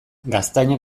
gaztainak